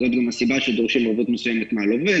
זאת גם הסיבה שדורשים ערבות מסוימת מהלווה,